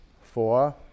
Four